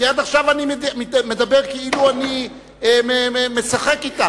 כי עד עכשיו אני מדבר כאילו אני משחק אתך.